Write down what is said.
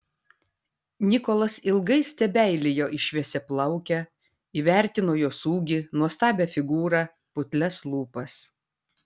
nikolas ilgai stebeilijo į šviesiaplaukę įvertino jos ūgį nuostabią figūrą putlias lūpas